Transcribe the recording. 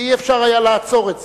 ואי-אפשר היה לעצור את זה.